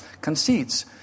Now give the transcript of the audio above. conceits